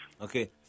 Okay